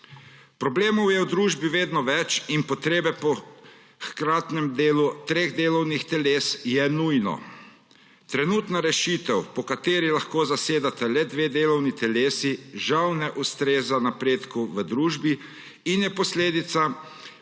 Problemov je v družbi vedno več in potreba po hkratnem delu treh delovnih teles je nujna. Trenutna rešitev, po kateri lahko zasedata le dve delovni telesi, žal ne ustreza napredku v družbi in je posledica